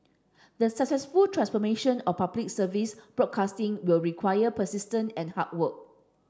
the successful transformation of Public Service broadcasting will require persistence and hard work